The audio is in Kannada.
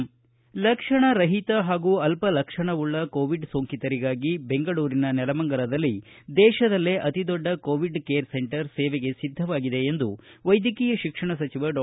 ಸಂಗ್ರೀರ್ಥ ಲಕ್ಷಣರಹಿತ ಹಾಗೂ ಅಲ್ಪಲಕ್ಷಣವುಳ್ಳ ಕೋವಿಡ್ ಸೋಂಕಿತರಿಗಾಗಿ ಬೆಂಗಳೂರಿನ ನೆಲಮಂಗಲದಲ್ಲಿ ದೇಶದಲ್ಲೇ ಅತಿದೊಡ್ಡ ಕೋವಿಡ್ ಕೇರ್ ಸೆಂಟರ್ ಸೇವೆಗೆ ಸಿದ್ದವಾಗಿದೆ ಎಂದು ವೈದ್ಯಕೀಯ ಶಿಕ್ಷಣ ಸಚಿವ ಡಾ